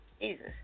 Jesus